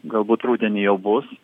galbūt rudenį jau bus